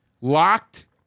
Locked